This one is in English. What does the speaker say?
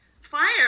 fire